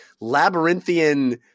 labyrinthian